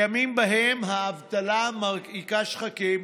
בימים שבהם האבטלה מרקיעה שחקים,